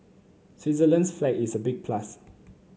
Switzerland's flag is a big plus